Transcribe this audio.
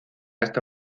esta